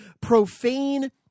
profane